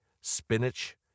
spinach